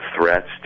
threats